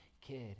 kid